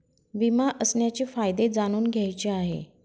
विमा असण्याचे फायदे जाणून घ्यायचे आहे